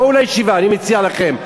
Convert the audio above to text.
בואו לישיבה, אני מציע לכם.